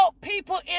people